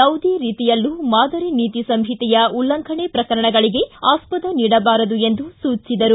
ಯಾವುದೇ ರೀತಿಗಳಲ್ಲೂ ಮಾದರಿ ನೀತಿ ಸಂಹಿತೆಯ ಉಲ್ಲಂಘನೆ ಪ್ರಕರಣಗಳಿಗೆ ಆಸ್ಸದ ನೀಡಬಾರದು ಎಂದು ಸೂಚಿಸಿದರು